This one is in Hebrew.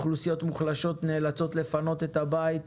אוכלוסיות מוחלשות נאלצות לפנות את הבית,